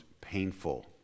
painful